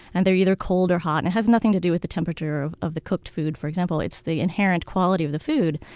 and they're either cold or hot, and it has nothing to do with the temperature of of the cooked food. for example, it's the inherent quality of the food.